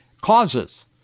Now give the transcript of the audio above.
causes